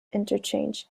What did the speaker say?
interchange